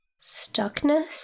stuckness